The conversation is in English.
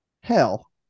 hell